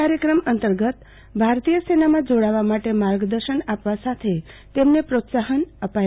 કાર્યક્રમ અંતર્ગત ભારતીય સેનામાં જોડાવા માટે માર્ગદર્શન આપવા સાથે તેમને પ્રોત્સાહન અપાયા હતા